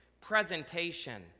presentation